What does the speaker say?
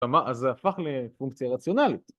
אז זה הפך לפונקציה רציונלית.